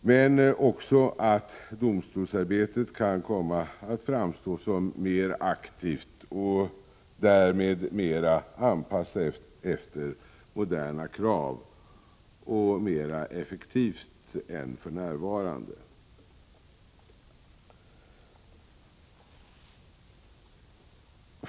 Men de skall också leda till att domstolsarbetet kan komma att framstå som mer aktivt och effektivt än för närvarande. Därmed blir det mer anpassat efter moderna krav.